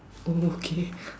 oh okay